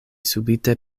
subite